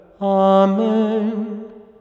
Amen